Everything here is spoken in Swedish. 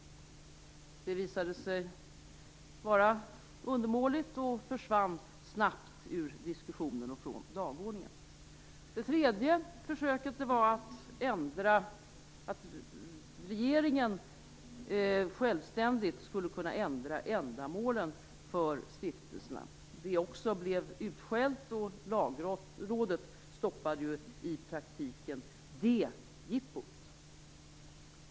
Det förslaget visade sig vara undermåligt och försvann snabbt ur diskussionen och från dagordningen. Det tredje försöket var att regeringen självständigt skulle kunna ändra ändamålet för stiftelserna. Det blev också utskällt, och Lagrådet stoppade i praktiken det jippot.